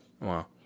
wow